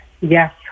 yes